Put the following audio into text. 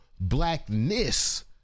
blackness